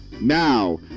Now